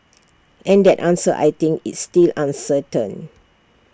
and that answer I think is still uncertain